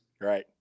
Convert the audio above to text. right